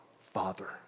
Father